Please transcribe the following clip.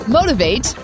Motivate